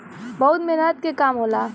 बहुत मेहनत के काम होला